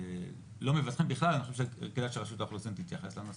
אני חושב שכדאי שרשות האוכלוסין להתייחס לנושא.